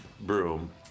broom